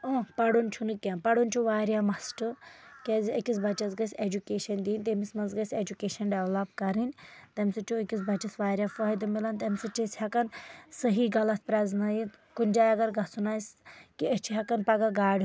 ٲں پَرُن چھُ نہٕ کیٚنٛہہ پَرُن چھُ واریاہ مَسٹ کیازِ أکِس بَچس گژھِ ایٚجوٗکیشن دِنۍ تٔمِس منٛز گژھِ ایٚجوٗکیٚشن ڈیٚولَپ کَرٕنۍ تَمہِ سۭتۍ چُھ أکِس بَچس واریاہ فٲیدٕ مَلان تَمہِ سۭتۍ چھِ أسۍ ہٮ۪کان صحیٖح غلط پرٛزنٲیِتھ کُنہِ جاے اَگر گژھُن آسہِ کہِ أسۍ چھِ ہٮ۪کان پَگہہ گاڑِ